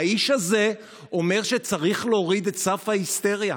האיש הזה אומר שצריך להוריד את סף ההיסטריה.